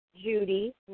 Judy